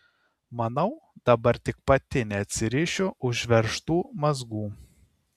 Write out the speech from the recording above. manau dabar tik pati neatsirišiu užveržtų mazgų